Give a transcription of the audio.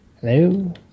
Hello